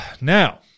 Now